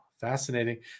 fascinating